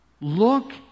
Look